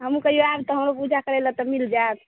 हम तऽ यएह कहब पूजा करैय लए तऽ मिल जायत